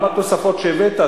גם התוספות שהבאת,